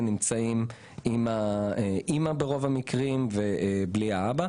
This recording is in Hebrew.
נמצאים עם האם ברוב המקרים ובלי האב.